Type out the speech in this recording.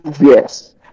Yes